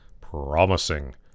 promising